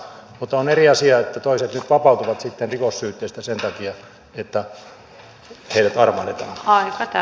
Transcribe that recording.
mutta on eri asia että toiset nyt vapautuvat sitten rikossyytteistä sen takia että heidät armahdetaan